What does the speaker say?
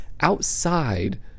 outside